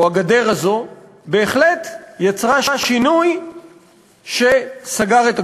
הגדר הזאת בהחלט יצרה שינוי שסגר את הגבול.